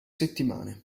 settimane